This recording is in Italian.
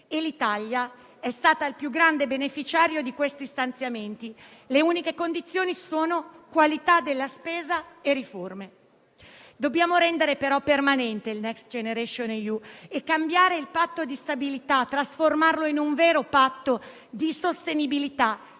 e l'Italia è stata il più grande beneficiario di questi stanziamenti. Le uniche condizioni sono la qualità della spesa e le riforme. Dobbiamo rendere però permanente il Next generation EU e cambiare il patto di stabilità, per trasformarlo in un vero patto di sostenibilità